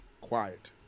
quiet